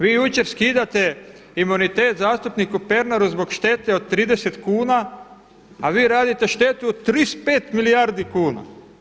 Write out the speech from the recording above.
Vi jučer skidate imunitet zastupniku Pernaru zbog štete od 30 kuna a vi radite štetu od 35 milijardi kuna.